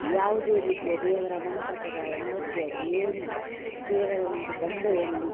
ಯಾವುದೇ ರೀತಿಯ ದೇವರ ಮಂಟಪ ಮೂರ್ತಿ ಆಗಲಿ ಏನಿಲ್ಲ ಕೇವಲ ಒಂದು ಬಂಡೆಯಲ್ಲಿ